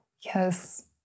Yes